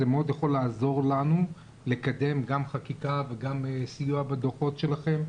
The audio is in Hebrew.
זה מאוד יכול לעזור לנו לקדם גם חקיקה וגם סיוע בדו"חות שלכם.